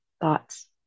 thoughts